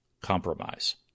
compromise